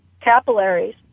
capillaries